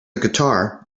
guitar